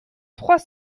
trois